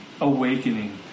Awakening